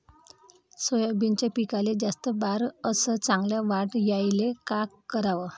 सोयाबीनच्या पिकाले जास्त बार अस चांगल्या वाढ यायले का कराव?